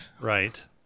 Right